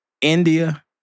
India